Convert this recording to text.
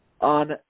on